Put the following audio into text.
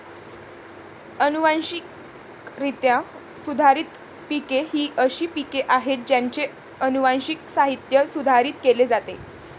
अनुवांशिकरित्या सुधारित पिके ही अशी पिके आहेत ज्यांचे अनुवांशिक साहित्य सुधारित केले जाते